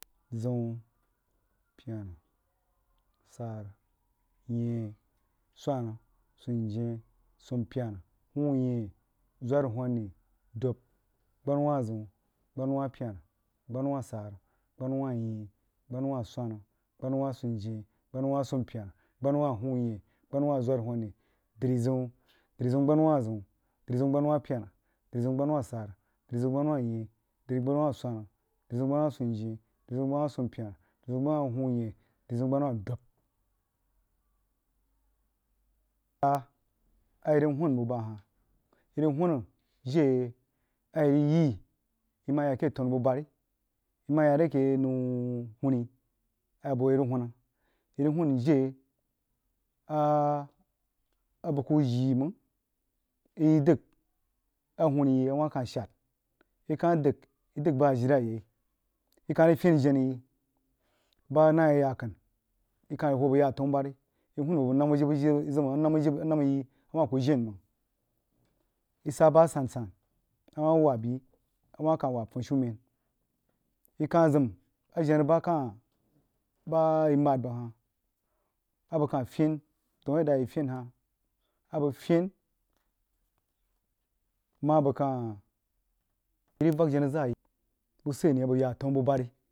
Zəun pyena sare nyeh swang sunyeh sumpyena hwanyeh zwanhoni dad, gbama zəun gbana wa pyena gbanawah sara gbanawah nyeh gbanawah swana dub gbanawa sunjyeh b-gbanawa sumpyena gbanawa huunyeh dri zəun drizəun-gbanawa zəun dri zəun gbanawah pyenah drizəu gbanawa sara drizəun gbanawa nyeh drizəun gbana dwana drizəun gbanawa dunjeh drizəun gbamawa sumpyena drizəun gbanawah huunyeh drizəu gbanawah dub a a yi rig hwan buh bah hah yi rig hwan jiri yi a yi rig yii yi mah keh tanu buhbiri nwah a yare keh nou huuni abəg hoo trig nuuna yi rig hun jire abəg lahh jii yi mang yi dəg a wah kah shad yi kah dəg yi dəg bah ajilai yai yi rig fan jenah yi bah anah yi ayakənu yi kah hoo bəg ya atanubari a namma yi a wah kuh jen mang yi sah sah asan-san a wah wabyi a wah kah wab funshumen yi kah zəm ajengh yi bah kah bah a yi mehd bəg hah a bəg kah fen daun yadda a yi fen hah abəg fen mah a bəg kah wuseni yi rig vak jenah zah yi abəg ya a tenu buh bari.